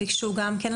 הוא יצא.